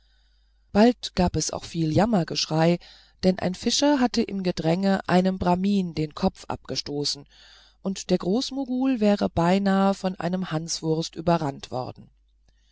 bald gab es auch viel jammergeschrei denn ein fischer hatte im gedränge einem brahmin den kopf abgestoßen und der großmogul wäre beinahe von einem hanswurst überrannt worden